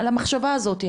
על המחשבה הזאתי,